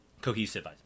cohesive